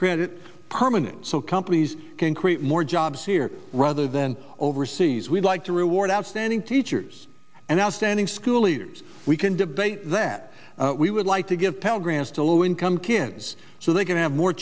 credit permanent so companies can create more jobs here rather than overseas we'd like to reward outstanding teachers and outstanding school leaders we can debate that we would like to give pell grants to low income kids so they can have more